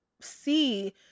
see